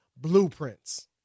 blueprints